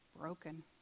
broken